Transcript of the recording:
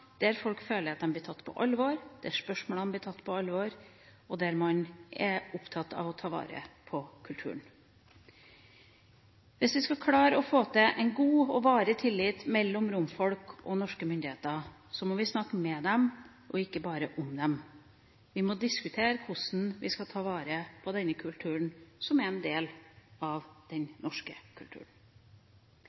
der folk føler at de blir tatt på alvor, der spørsmålene blir tatt på alvor, og der man er opptatt av å ta vare på kulturen. Hvis vi skal klare å få til en god og varig tillit mellom romfolket og norske myndigheter, må vi snakke med dem, og ikke bare om dem. Vi må diskutere hvordan vi skal ta vare på denne kulturen, som er en del av den norske kulturen.